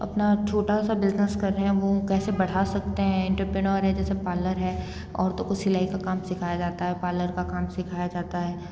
अपना छोटा सा बिज़नेस कर रहें वो कैसे बढ़ा सकते हैं इंटरप्रेन्योर है जैसे पार्लर है औरतों को सिलाई का काम सिखाया जाता है और पार्लर का काम सिखाया जाता है